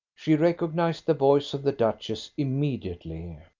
she recognised the voice of the duchess immediately.